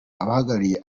abahagarariye